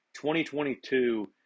2022